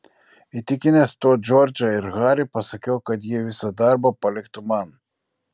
įtikinęs tuo džordžą ir harį pasakiau kad jie visą darbą paliktų man